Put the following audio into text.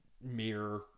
mere